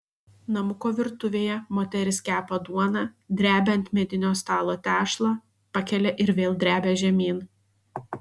namuko virtuvėje moteris kepa duoną drebia ant medinio stalo tešlą pakelia ir vėl drebia žemyn